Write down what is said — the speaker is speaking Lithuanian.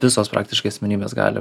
visos praktiškai asmenybės gali